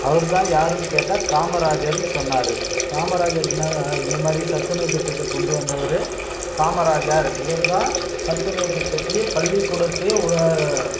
அவர் தான் யாருன்னு கேட்டால் காமராஜருனு சொன்னார் காமராஜர் என்ன இந்த மாதிரி சத்துணவு திட்டத்தை கொண்டு வந்தவர் காமராஜர் இவர் தான் சத்துணவு திட்டத்தையே பள்ளிக்கூடத்தையே ஒரு